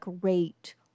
rate